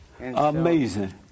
Amazing